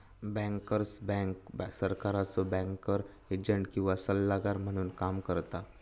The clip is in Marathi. बँकर्स बँक सरकारचो बँकर एजंट किंवा सल्लागार म्हणून काम करता